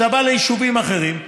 כשאתה בא ליישובים אחרים,